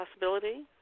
possibility